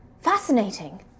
Fascinating